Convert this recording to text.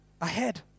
ahead